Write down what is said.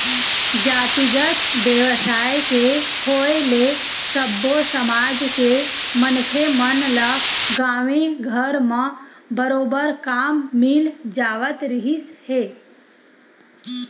जातिगत बेवसाय के होय ले सब्बो समाज के मनखे मन ल गाँवे घर म बरोबर काम मिल जावत रिहिस हे